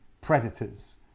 predators